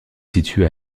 situé